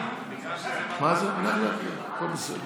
הכול בסדר.